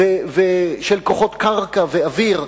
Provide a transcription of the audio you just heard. של כוחות קרקע ואוויר,